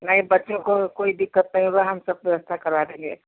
नहीं बच्चों को कोई दिक़्क़त नहीं होगा हम सब व्यवस्था करवा देंगे